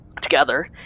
together